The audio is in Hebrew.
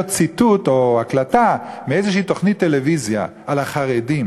ציטוט או הקלטה מאיזו תוכנית טלוויזיה על החרדים